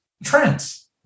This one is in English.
trends